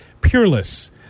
peerless